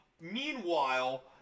meanwhile